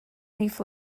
leaf